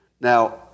Now